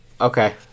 Okay